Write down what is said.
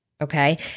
Okay